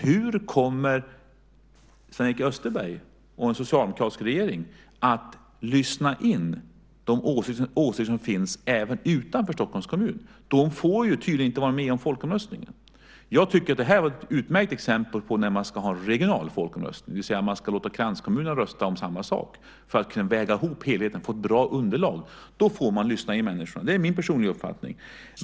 Hur kommer Sven-Erik Österberg och en socialdemokratisk regering att lyssna in de åsikter som finns även utanför Stockholms kommun? De får tydligen inte vara med om folkomröstningen. Det var ett utmärkt exempel på när man ska ha regional folkomröstning, det vill säga låta kranskommunerna rösta om samma sak för att väga ihop helheten och få ett bra underlag. Då får man lyssna in människorna. Det är min personliga uppfattning.